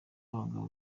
abagabo